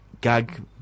gag